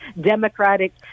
democratic